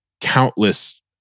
countless